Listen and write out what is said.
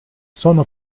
sono